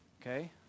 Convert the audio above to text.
Okay